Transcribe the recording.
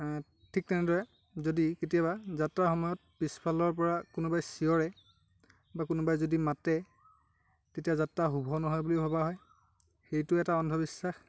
ঠিক তেনেদৰে যদি কেতিয়াবা যাত্ৰাৰ সময়ত পিছফালৰ পৰা কোনোবাই চিঞৰে বা কোনোবাই যদি মাতে তেতিয়া যাত্ৰা শুভ নহয় বুলি ভবা হয় সেইটো এটা অন্ধবিশ্বাস